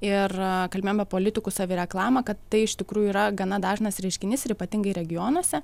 ir kalbėjom apie politikų savireklamą kad tai iš tikrųjų yra gana dažnas reiškinys ir ypatingai regionuose